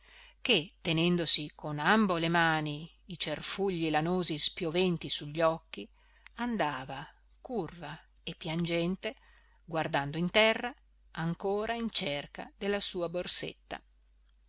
che tenendosi con ambo le mani i cerfugli lanosi spioventi su gli occhi andava curva e piangente guardando in terra ancora in cerca della sua borsetta